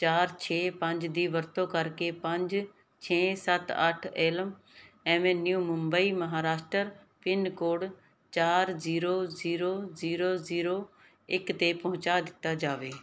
ਚਾਰ ਛੇ ਪੰਜ ਦੀ ਵਰਤੋਂ ਕਰਕੇ ਪੰਜ ਛੇ ਸੱਤ ਅੱਠ Elm Avenue Mumbai Maharashtra pin code ਚਾਰ ਜ਼ੀਰੋ ਜ਼ੀਰੋ ਜ਼ੀਰੋ ਜ਼ੀਰੋ ਇੱਕ 'ਤੇ ਪਹੁੰਚਾ ਦਿੱਤਾ ਜਾਵੇ